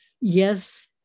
yes